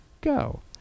go